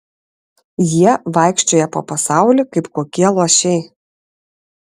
jie vaikščioja po pasaulį kaip kokie luošiai